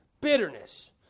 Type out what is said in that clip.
bitterness